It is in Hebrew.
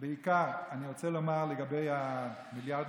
ובעיקר, אני רוצה לומר לגבי המיליארדים.